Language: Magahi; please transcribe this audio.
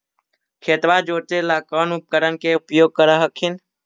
खेतबा जोते ला कौन उपकरण के उपयोग कर हखिन?